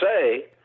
say